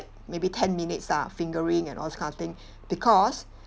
maybe ten minutes ah fingering and all these kind of thing because